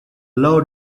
law